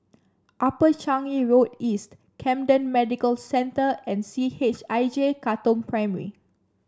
Upper Changi Road East Camden Medical Centre and C H I J Katong Primary